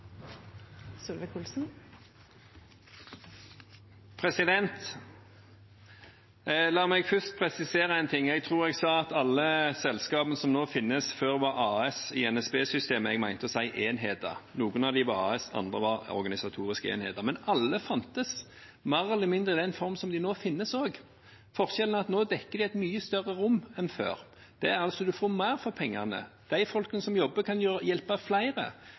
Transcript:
La meg først presisere en ting. Jeg tror jeg sa at alle selskapene som nå finnes, før var AS-er i NSB-systemet – jeg mente å si enheter. Noen av dem var AS-er, andre var organisatoriske enheter. Men alle fantes mer eller mindre i den formen de nå finnes i. Forskjellen er at de nå dekker et mye større rom enn før. En får mer for pengene. De som jobber, kan hjelpe flere